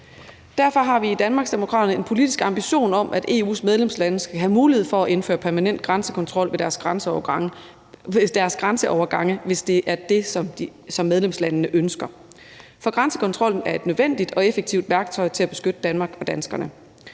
Derfor har vi i Danmarksdemokraterne en politisk ambition om, at EU's medlemslande skal have mulighed for at indføre permanent grænsekontrol ved deres grænseovergange, hvis det er det, som medlemslandene ønsker. For grænsekontrollen er et nødvendigt og effektivt værktøj til at beskytte Danmark og danskerne.